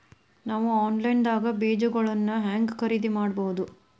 ನಾವು ಆನ್ಲೈನ್ ದಾಗ ಬೇಜಗೊಳ್ನ ಹ್ಯಾಂಗ್ ಖರೇದಿ ಮಾಡಬಹುದು?